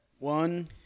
One